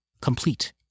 complete